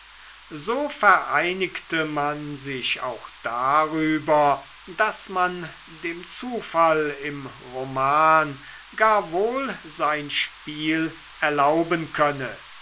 so vereinigte man sich auch darüber daß man dem zufall im roman gar wohl sein spiel erlauben könne